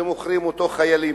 ומוכרים אותו חיילים,